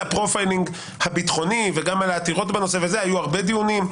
הפרופיילינג הביטחוני וגם על העתירות היו הרבה דיונים.